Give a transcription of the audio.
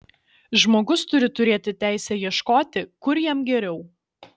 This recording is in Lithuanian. žmogus turi turėti teisę ieškoti kur jam geriau